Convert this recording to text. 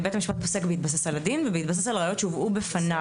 בית המשפט פוסק בהתבסס על הדין ובהתבסס על ראיות שהובאו בפניו.